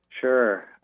Sure